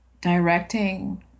directing